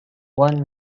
one